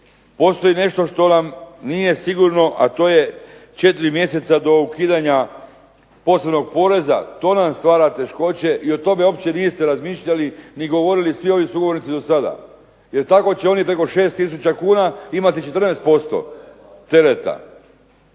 postoji nešto što nam nije sigurno, a to je 4 mjeseca do ukidanja posebnog poreza. To nam stvara teškoće i o tome uopće niste razmišljali ni govorili svi ovi sugovornici sada. Jer tako će oni preko 6 tisuća kuna imati 14% tereta